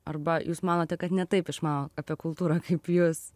arba jūs manote kad ne taip išmano apie kultūrą kaip jūs